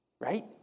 right